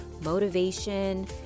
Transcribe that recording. motivation